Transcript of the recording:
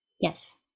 Yes